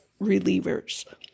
relievers